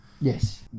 yes